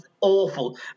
awful